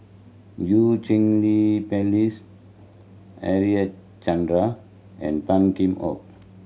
Eu Cheng Li Phyllis Harichandra and Tan Kheam Hock